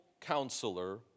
Counselor